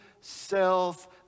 self